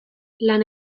lan